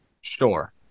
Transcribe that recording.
Sure